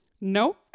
No